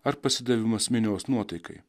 ar pasidavimas minios nuotaikai